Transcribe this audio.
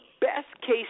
best-case